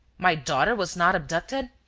my daughter was not abducted!